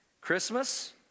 Christmas